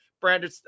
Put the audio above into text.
Brandon